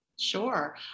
Sure